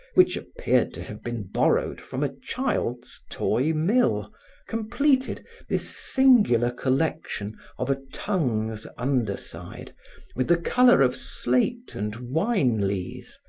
which appeared to have been borrowed from a child's toy mill completed this singular collection of a tongue's underside with the color of slate and wine lees,